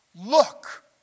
Look